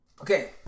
okay